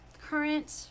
Current